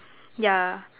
yeah